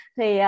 Thì